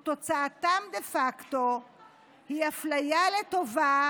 ותוצאתם דה פקטו היא אפליה לטובה